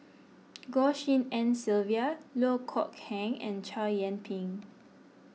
Goh Tshin En Sylvia Loh Kok Heng and Chow Yian Ping